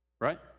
right